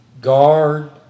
Guard